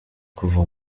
kuva